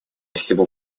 всего